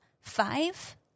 five